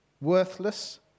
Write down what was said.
worthless